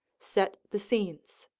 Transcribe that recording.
set the scenes.